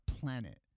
planet